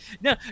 No